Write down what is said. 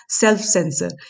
self-censor